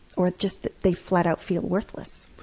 or just that they flat out feel worthless.